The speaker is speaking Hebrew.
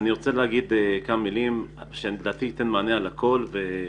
מילים ולדעתי זה יענה על הכול.